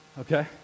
okay